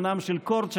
אומנם של קורצ'אק,